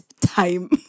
time